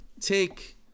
take